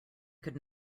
could